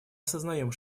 осознаем